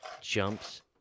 jumps